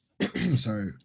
sorry